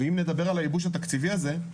ואם נדבר על הייבוש התקציבי הזה,